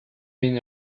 been